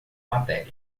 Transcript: matéria